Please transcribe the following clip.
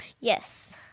Yes